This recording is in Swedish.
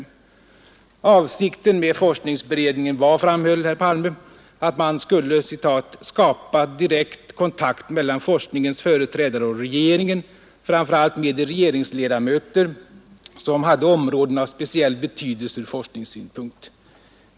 Avsikten med forskningsberedningen var, framhöll herr Palme, att man ”skulle skapa direkt kontakt mellan forskningens företrädare och regeringen, framför allt med de regeringsledamöter som hade områden av speciell betydelse ur forskningssynpunkt.